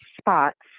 spots